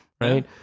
right